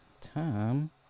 Tom